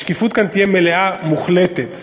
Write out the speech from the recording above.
השקיפות כאן תהיה מלאה, מוחלטת.